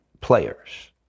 players